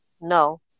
No